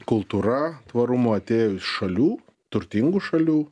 kultūra tvarumo atėjo iš šalių turtingų šalių